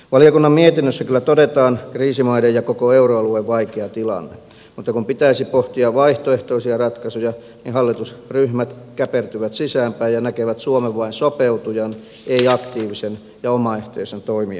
valiokunnan mietinnössä kyllä todetaan kriisimaiden ja koko euroalueen vaikea tilanne mutta kun pitäisi pohtia vaihtoehtoisia ratkaisuja niin hallitusryhmät käpertyvät sisäänpäin ja näkevät suomen vain sopeutujan ei aktiivisen ja omaehtoisen toimijan roolissa